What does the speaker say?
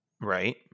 Right